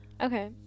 Okay